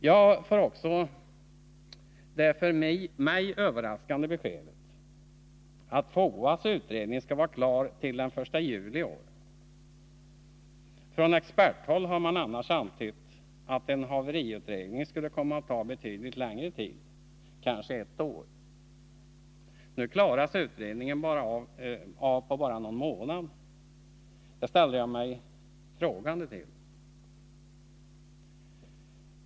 Jag får också det för mig överraskande beskedet att FOA:s utredning skall vara klar till den 1 juli i år. Från experthåll har man annars antytt att en haveriutredning skulle komma att ta betydligt längre tid, kanske ett år. Nu klaras utredningen av på bara någon månad. Det ställer jag mig frågande till.